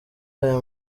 aya